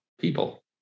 people